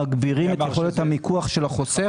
מגבירים את יכולת המיקוח של החוסך.